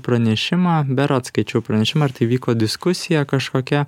pranešimą berods skaičiau pranešimą ar tai vyko diskusija kažkokia